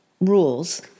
rules